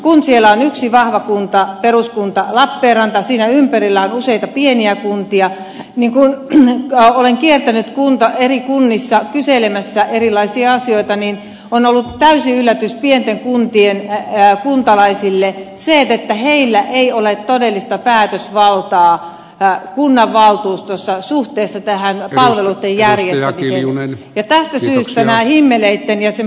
kun siellä on yksi vahva kunta peruskunta lappeenranta siinä ympärillä on useita pieniä kuntia niin kun olen kiertänyt eri kunnissa kyselemässä erilaisia asioita niin on ollut täysi yllätys pienten kuntien kuntalaisille se että heillä ei ole todellista päätösvaltaa kunnanvaltuustossa suhteessa vähän alle jääneellä kiljunen tähtäsi näihin tähän palveluitten järjestämiseen